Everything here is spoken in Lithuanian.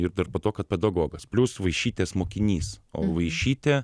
ir dar po to kad pedagogas plius vaišytės mokinys o vaišytė